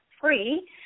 free